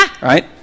Right